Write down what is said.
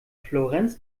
florenz